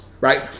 right